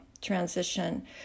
transition